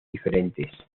diferentes